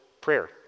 prayer